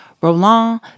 Roland